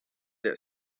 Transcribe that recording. that